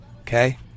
okay